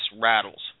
rattles